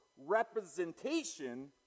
representation